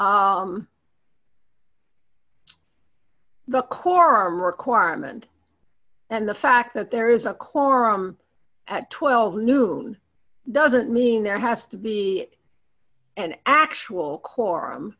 the quorum requirement and the fact that there is a quorum at twelve noon doesn't mean there has to be an actual quorum